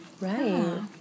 right